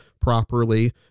properly